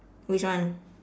which one